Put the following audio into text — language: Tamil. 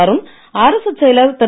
அருண் அரசுச் செயலர் திரு